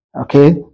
okay